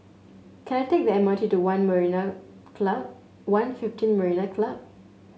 can I take the M R T to One Marina Club One fifteen Marina Club